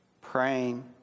praying